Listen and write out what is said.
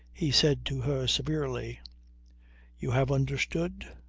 he said to her severely you have understood?